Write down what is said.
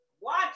watch